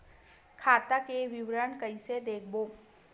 खाता के विवरण कइसे देखबो?